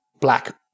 black